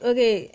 Okay